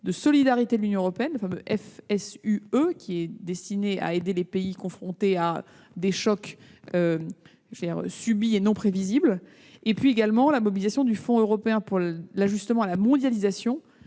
de solidarité de l'Union européenne, le fameux FSUE, destiné à aider les pays confrontés à des chocs subis et non prévisibles et la mobilisation du fonds européen d'ajustement à la mondialisation,